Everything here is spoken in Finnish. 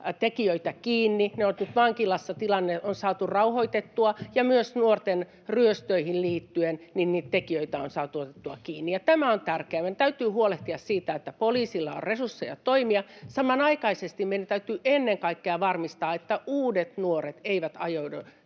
tekijöitä kiinni, vankilassa tilanne on saatu rauhoitettua ja myös nuorten ryöstöihin liittyen niitä tekijöitä on saatu otettua kiinni. Ja tämä on tärkeää, meidän täytyy huolehtia siitä, että poliisilla on resursseja toimia. Samanaikaisesti meidän täytyy ennen kaikkea varmistaa, että uudet nuoret eivät ajaudu